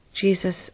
Jesus